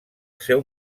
seu